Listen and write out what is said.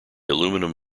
aluminium